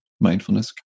mindfulness